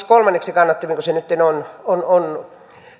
kolmanneksi kannattavinko se nytten on on